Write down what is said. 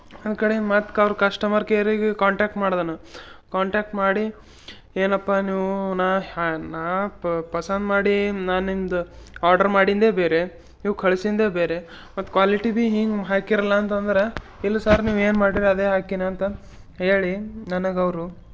ನನ್ನ ಕಡೆಯಿಂದ ಮತ್ತೆ ಕ್ ಅವ್ರ ಕಸ್ಟಮರ್ ಕೇರಿಗೆ ಕಾಂಟ್ಯಾಕ್ಟ್ ಮಾಡಿದೆ ನಾ ಕಾಂಟ್ಯಾಕ್ಟ್ ಮಾಡಿ ಏನಪ್ಪಾ ನೀವು ನಾ ನಾ ಪಸಂದ್ ಮಾಡೀ ನನ್ನಿಂದ ಆರ್ಡರ್ ಮಾಡಿಂದೆ ಬೇರೆ ನೀವು ಕಳ್ಸಿಂದೆ ಬೇರೆ ಮತ್ತು ಕ್ವಾಲಿಟಿ ಭಿ ಹೀಂಗೆ ಹಾಕೀರಲ್ಲ ಅಂತಂದ್ರೆ ಇಲ್ಲ ಸರ್ ನೀವು ಏನು ಮಾಡೀರಿ ಅದೇ ಹಾಕೀನಿ ಅಂತಂದು ಹೇಳಿ ನನಗೆ ಅವರು